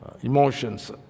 emotions